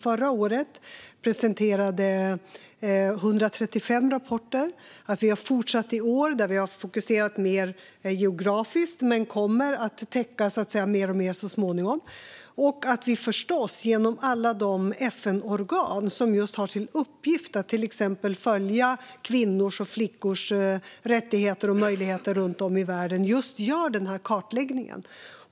Förra året presenterade vi 135 rapporter, och vi har fortsatt i år. I år har vi fokuserat mer geografiskt, men vi kommer att täcka mer och mer så småningom. Även genom alla de FN-organ som just har till uppgift att exempelvis följa kvinnors och flickors rättigheter och möjligheter runt om i världen görs den här kartläggningen.